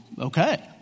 okay